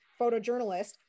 photojournalist